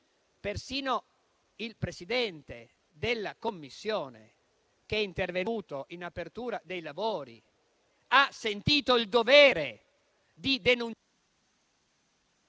Persino il Presidente di Commissione, intervenuto in apertura dei lavori, ha sentito il dovere di denunciare